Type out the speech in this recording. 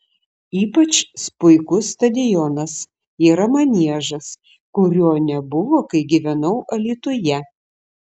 ypač puikus stadionas yra maniežas kurio nebuvo kai gyvenau alytuje